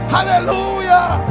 Hallelujah